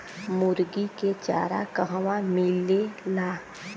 मुर्गी के चारा कहवा मिलेला?